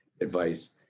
advice